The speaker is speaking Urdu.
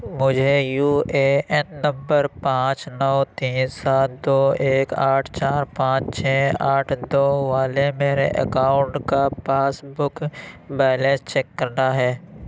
مجھے یو اے این نمبر پانچ نو تین سات دو ایک آٹھ چار پانچ چھ آٹھ دو والے میرے اکاؤنٹ کا پاس بک بیلنس چیک کرنا ہے